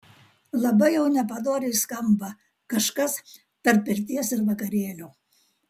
labai jau nepadoriai skamba kažkas tarp pirties ir vakarėlio